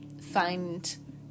find